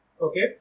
Okay